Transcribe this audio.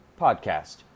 podcast